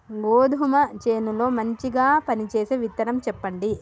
గోధుమ చేను లో మంచిగా పనిచేసే విత్తనం చెప్పండి?